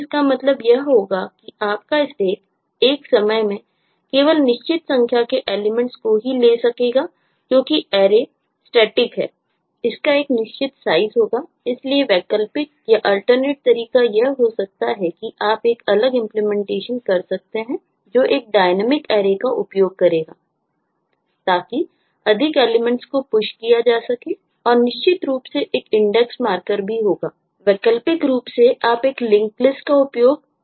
इसका एक निश्चित साइज होगा इसलिए वैकल्पिक अल्टरनेट एक टॉप मार्कर के रूप में भी कार्य करेगा